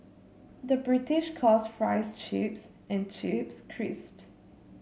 the British calls fries chips and chips crisps